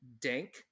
Dank